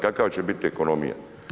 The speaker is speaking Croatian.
Kakva će biti ekonomija?